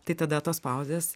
tai tada tos pauzės